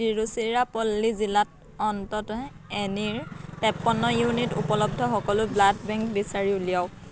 তিৰুচিৰাপল্লী জিলাত অন্ততঃ এনিৰ তেপ্পন্ন ইউনিট উপলব্ধ সকলো ব্লাড বেংক বিচাৰি উলিয়াওক